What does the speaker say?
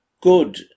good